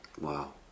Wow